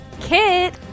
Kit